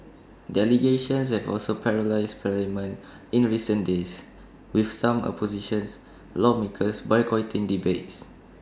the allegations have also paralysed parliament in recent days with some opposition lawmakers boycotting debates